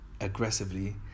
aggressively